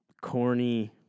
Corny